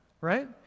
Right